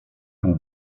pół